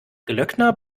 glöckner